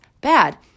bad